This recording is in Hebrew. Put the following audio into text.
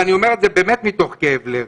ואני אומר את זה באמת מתוך כאב לב,